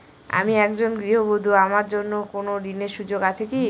আমি একজন গৃহবধূ আমার জন্য কোন ঋণের সুযোগ আছে কি?